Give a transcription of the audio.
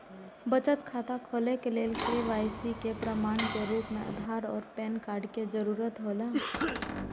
बचत खाता खोले के लेल के.वाइ.सी के प्रमाण के रूप में आधार और पैन कार्ड के जरूरत हौला